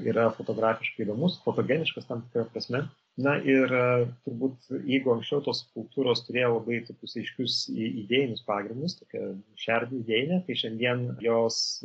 yra fotografiškai įdomus fotogeniškas tam tikra prasme na ir turbūt jeigu anksčiau tos subkultūros turėjo labai tokius aiškius idėjinius pagrindus tokią šerdį idėjinę tai šiandien jos